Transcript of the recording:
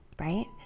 Right